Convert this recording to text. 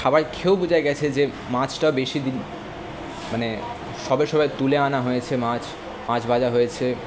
খাবার খেয়েও বোঝা গেছে যে মাছটা বেশি দিন মানে সবে সবে তুলে আনা হয়েছে মাছ মাছ ভাজা হয়েছে